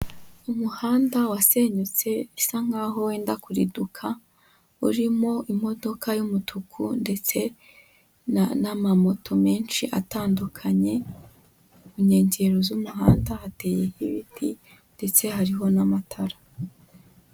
Umuhanda wasenyutse bisa nk'aho wenda kuriduka, urimo imodoka y'umutuku ndetse n'amamoto menshi atandukanye, inkengero z'umuhanda hateyeho ibiti ndetse hariho n'amatara.